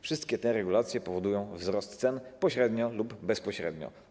Wszystkie te regulacje powodują wzrost cen pośrednio lub bezpośrednio.